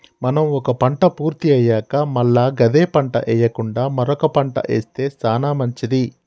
మనం ఒక పంట పూర్తి అయ్యాక మల్ల గదే పంట ఎయ్యకుండా మరొక పంట ఏస్తె సానా మంచిది